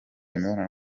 imibonano